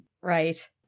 Right